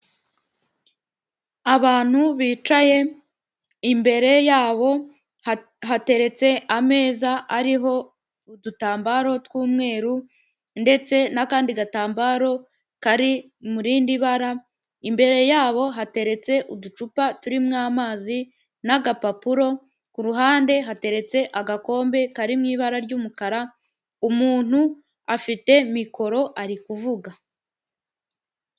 Abantu bicaye imbere yabo hateretse ameza ariho udutambaro tw'umweru, ndetse n'akandi gatambaro kari mu rindi bara, imbere yabo hateretse uducupa turimo amazi, n'agapapuro kuruhande hateretse agakombe, kari mu ibara ry'umukara, umuntu afite mikoro ari kuvuga.